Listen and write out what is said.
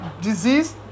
disease